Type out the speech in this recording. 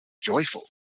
joyful